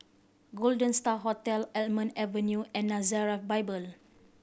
Golden Star Hotel Almond Avenue and Nazareth Bible